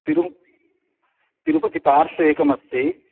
तिरुपतिपार्श्वे एकमस्ति